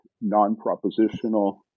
non-propositional